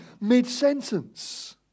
mid-sentence